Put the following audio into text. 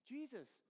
Jesus